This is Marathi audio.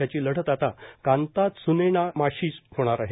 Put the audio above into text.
त्याची लढत आता कांता त्सुनेटामाशी होणार आहे